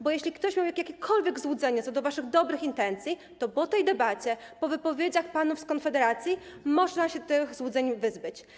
Bo jeśli ktoś miał jakiekolwiek złudzenia co do waszych dobrych intencji, to po tej debacie, po wypowiedziach panów z Konfederacji można się tych złudzeń wyzbyć.